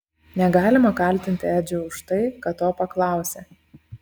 negalima kaltinti edžio už tai kad to paklausė